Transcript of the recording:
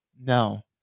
No